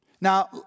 Now